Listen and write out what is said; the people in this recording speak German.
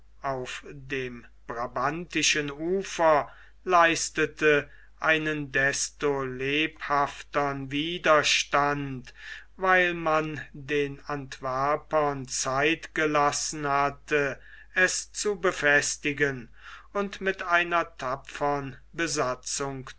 auf dem brabantischen ufer leistete einen desto lebhaftern widerstand weil man den antwerpern zeit gelassen hatte es zu befestigen und mit einer tapfern besatzung